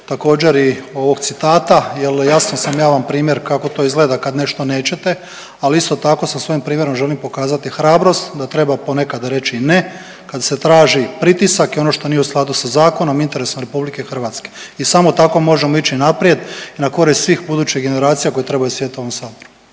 također i ovog citata jer jasno sam ja vam primjer kako to izgleda kad nešto nećete, ali isto tako sa svojim primjerom želim pokazati hrabrost da treba ponekad reći ne kad se traži pritisak i ono što nije u skladu sa zakonom i interesom RH. I samo tako možemo ići naprijed i na korist svih budućih generacija koje trebaju sjediti u ovom saboru.